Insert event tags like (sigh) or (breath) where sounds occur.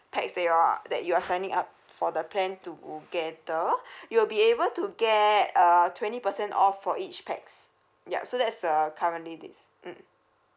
pax that you're that you are signing up for the plan together (breath) you'll be able to get a twenty percent off for each pax ya so that is the currently this mm